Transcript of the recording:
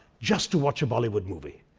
just to watch a bollywood movie.